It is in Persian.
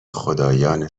خدایان